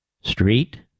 street